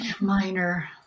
minor